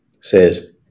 Says